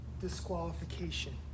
disqualification